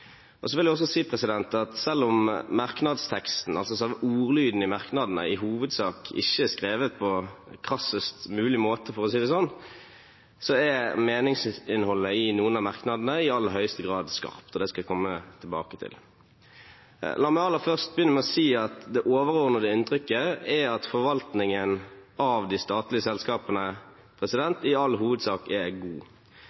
velferden. Så vil jeg også si at selv om merknadsteksten, altså ordlyden i merknadene, i hovedsak ikke er skrevet på krassest mulig måte – for å si det slik – er meningsinnholdet i noen av merknadene i aller høyeste grad skarpt, og det skal jeg komme tilbake til. La meg aller først begynne med å si at det overordnede inntrykket er at forvaltningen av de statlige selskapene i all hovedsak er god.